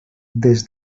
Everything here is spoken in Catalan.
des